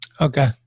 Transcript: Okay